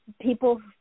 people